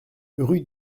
rue